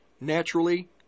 naturally